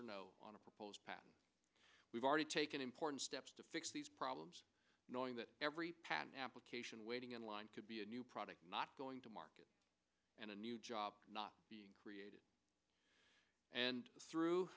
or no on a proposed patent we've already taken important steps to fix these problems knowing that every patent application waiting in line could be a new product not going to market and a new job not created and through